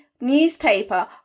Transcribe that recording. newspaper